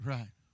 Right